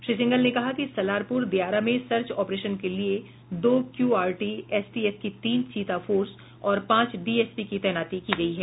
श्री सिंघल ने कहा कि सलारपुर दियारा में सर्च ऑपरेशन के लिये दो क्यूआरटी एसटीएफ की तीन चीता फोर्स और पांच डीएसपी की तैनाती की गयी है